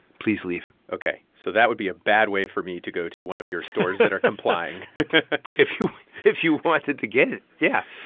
please leave ok. so that would be a bad way for me to go to one of your stores that are complying if you if you wanted to get it, yeah,